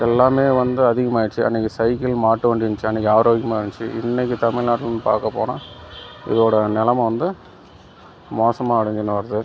எல்லாமே வந்து அதிகமாகிடிச்சி அன்றைக்கி சைக்கிள் மாட்டு வண்டி இருந்துச்சு அன்றைக்கி ஆரோக்கியமாக இருந்துச்சு இன்றைக்கு தமிழ் நாட்டில்னு பார்க்க போனால் இதோடய நிலம வந்து மோசமாக அடைஞ்சின்னு வருது